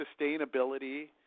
sustainability